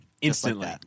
Instantly